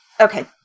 okay